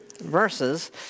verses